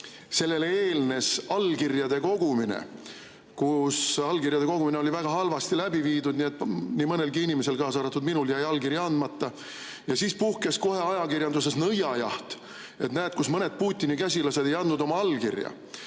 Sellele eelnes allkirjade kogumine, aga see allkirjade kogumine oli väga halvasti läbi viidud. Nii mõnelgi inimesel, kaasa arvatud minul, jäi allkirja andmata. Siis puhkes kohe ajakirjanduses nõiajaht, et näed, kus mõned Putini käsilased ei andnud oma allkirja.